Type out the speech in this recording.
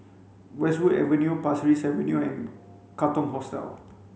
Westwood Avenue Pasir Ris Avenue and Katong Hostel